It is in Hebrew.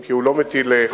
אם כי הוא לא מטיל חובה.